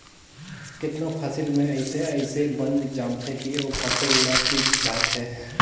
केतनो फसिल में अइसे अइसे बन जामथें कि ओ फसिल ल चीप धारथे